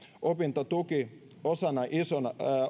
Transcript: opintotuki osana isoa